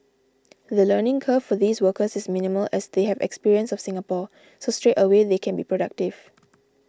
the learning curve for these workers is minimal as they have experience of Singapore so straightaway they can be productive